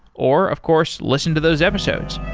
or of course, listen to those episodes